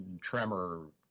tremor